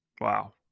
Wow